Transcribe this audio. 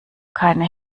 keine